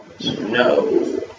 No